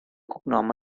cognom